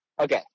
okay